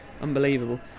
Unbelievable